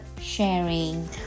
sharing